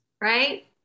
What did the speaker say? right